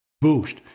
boost